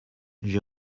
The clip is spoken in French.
j’ai